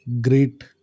great